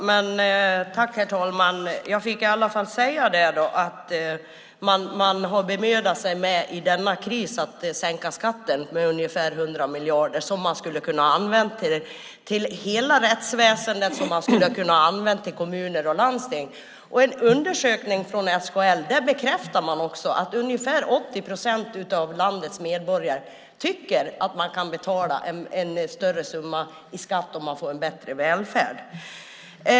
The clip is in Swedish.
Herr talman! Jag fick i alla fall säga det då: Man har bemödat sig om att i denna kris sänka skatten med ungefär 100 miljarder, som man skulle ha kunnat använda till hela rättsväsendet, kommuner och landsting. I en undersökning från SKL bekräftar man också att ungefär 80 procent av landets medborgare tycker att man kan betala en större summa i skatt om man får en bättre välfärd.